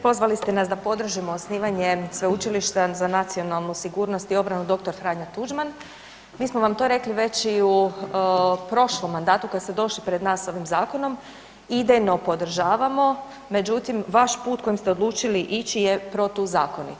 Pozvali ste nas da podržimo osnivanje Sveučilišta za nacionalnu sigurnost i obranu dr. Franjo Tuđman, mi smo vam to rekli već i u prošlom mandatu kada ste došli pred nas s ovim zakonom i idejno podržavamo, međutim vaš put kojim ste odlučili ići je protuzakonit.